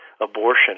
abortion